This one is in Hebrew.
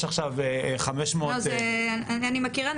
אני מכירה.